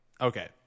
Okay